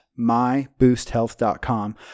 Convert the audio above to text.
myboosthealth.com